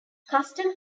custom